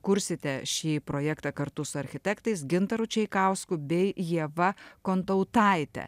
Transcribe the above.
kursite šį projektą kartu su architektais gintaru čaikausku bei ieva kontautaite